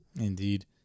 Indeed